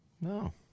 No